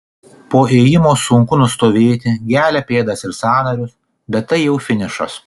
po ėjimo sunku nustovėti gelia pėdas ir sąnarius bet tai jau finišas